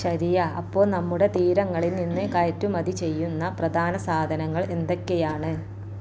ശരിയാണ് അപ്പോൾ നമ്മുടെ തീരങ്ങളിൽ നിന്ന് കയറ്റുമതി ചെയ്യുന്ന പ്രധാന സാധനങ്ങൾ എന്തൊക്കെയാണ്